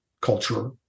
culture